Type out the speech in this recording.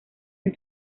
han